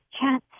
chance